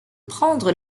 prendre